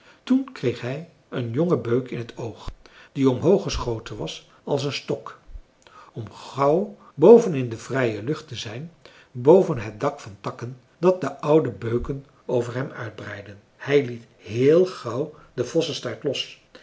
toen kreeg hij een jongen beuk in t oog die omhoog geschoten was als een stok om gauw boven in de vrije lucht te zijn boven het dak van takken dat de oude beuken over hem uitbreidden hij liet heel gauw den vossestaart los